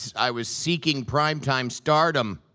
i was seeking prime-time stardom.